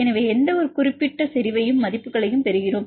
எனவே எந்தவொரு குறிப்பிட்ட செறிவையும் மதிப்புகளையும் பெறுகிறோம்